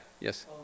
yes